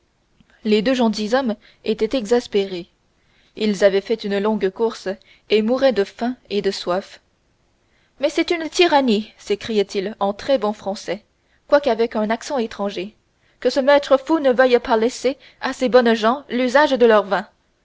les deux gentilshommes étaient exaspérés ils avaient fait une longue course et mouraient de faim et de soif mais c'est une tyrannie sécriaient ils en très bon français quoique avec un accent étranger que ce maître fou ne veuille pas laisser à ces bonnes gens l'usage de leur vin